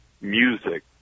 music